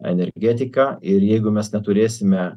energetika ir jeigu mes neturėsime